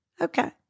Okay